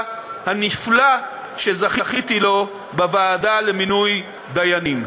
הנפלא שזכיתי לו בוועדה לבחירת דיינים.